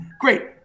Great